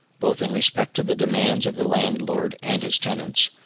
both in respect to the demands of the landlord and his tenants,